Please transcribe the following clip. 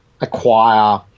acquire